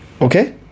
Okay